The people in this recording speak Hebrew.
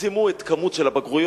צמצמו את כמות הבגרויות,